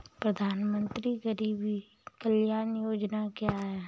प्रधानमंत्री गरीब कल्याण योजना क्या है?